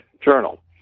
journal